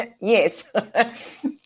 yes